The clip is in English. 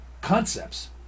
concepts